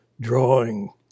drawing